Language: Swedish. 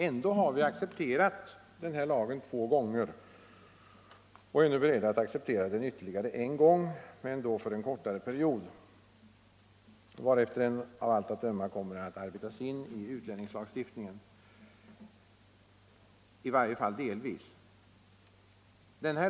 Ändå har vi accepterat lagen två gånger och är nu beredda att acceptera den ytterligare en gång, men då för en kortare period, varefter den av allt att döma kommer att arbetas in i utlänningslagstiftningen, i varje fall delvis.